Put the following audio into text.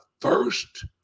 first